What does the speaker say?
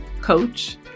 coach